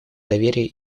доверия